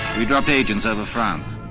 we dropped agents over france.